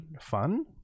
fun